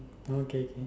oh K K